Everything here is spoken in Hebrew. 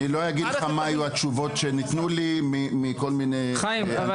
אני לא אגיד לך מה התשובות שניתנו לי מכל מיני --- חיים,